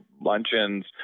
luncheons